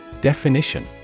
Definition